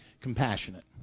compassionate